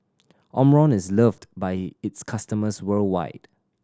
omron is loved by its customers worldwide